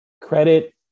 Credit